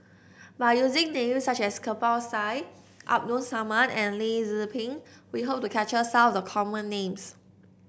by using names such as Kirpal Singh Abdul Samad and Lim Tze Peng we hope to capture some of the common names